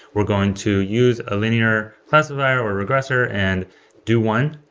we're going to use a linear classifier or regressor and do one.